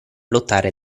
lottare